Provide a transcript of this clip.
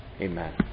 Amen